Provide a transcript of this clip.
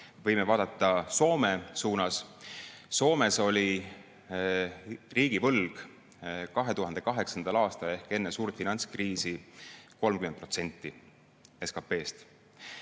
Võime vaadata Soome poole. Soomes oli riigivõlg 2008. aastal ehk enne suurt finantskriisi 30% SKT-st,